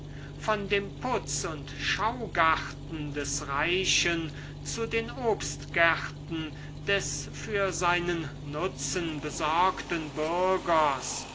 von dem putz und schaugarten des reichen zu den obstgärten des für seinen nutzen besorgten bürgers